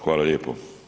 Hvala lijepo.